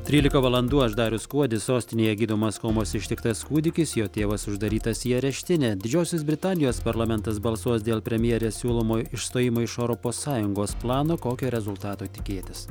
trylika valandų aš darius kuodis sostinėje gydomas komos ištiktas kūdikis jo tėvas uždarytas į areštinę didžiosios britanijos parlamentas balsuos dėl premjerės siūlomo išstojimo iš europos sąjungos plano kokio rezultato tikėtis